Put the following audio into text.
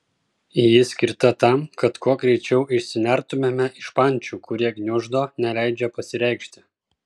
ji skirta tam kad kuo greičiau išsinertumėme iš pančių kurie gniuždo neleidžia pasireikšti